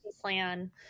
plan